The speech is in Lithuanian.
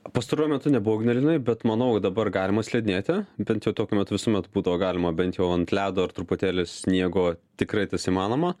pastaruoju metu nebuvau ignalinoj bet manau dabar galima slidinėti bent jau tokiu metu visuomet būdavo galima bent jau ant ledo ar truputėlį sniego tikrai tas įmanoma